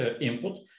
input